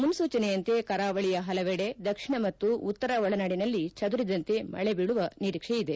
ಮುನ್ಲೂಚನೆಯಂತೆ ಕರಾವಳಿಯ ಪಲವೆಡೆ ದಕ್ಷಿಣ ಮತ್ತು ಉತ್ತರ ಒಳನಾಡಿನಲ್ಲಿ ಚದುರಿದಂತೆ ಮಳೆ ಬೀಳುವ ನಿರೀಕ್ಷೆ ಇದೆ